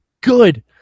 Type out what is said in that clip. good